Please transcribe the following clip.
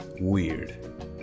weird